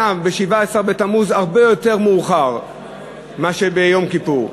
צם בשבעה-עשר בתמוז עד שעה הרבה יותר מאוחרת מאשר ביום כיפור.